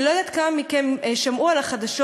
אני לא יודעת כמה מכם שמעו על החדשות